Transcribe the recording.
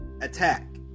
attack